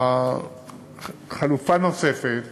חלופה נוספת